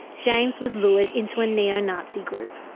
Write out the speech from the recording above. james was lured into a neo-nazi group.